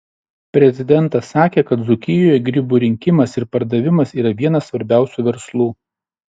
prezidentas sakė kad dzūkijoje grybų rinkimas ir pardavimas yra vienas svarbiausių verslų